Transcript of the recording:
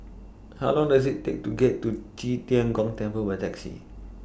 How Long Does IT Take to get to Qi Tian Gong Temple By Taxi